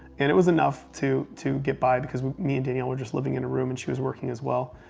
and it was enough to to get by. because me and danielle were just living in a room and she was working as well.